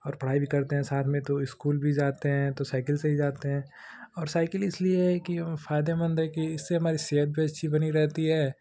और पढ़ाई भी करते हैं साथ में तो स्कूल भी जाते हैं तो साइकिल से ही जाते हैं और साइकिल इसलिए है कि फायदेमंद है कि इससे हमारी सेहत भी अच्छी बनी रहती है और